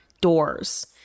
doors